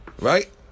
Right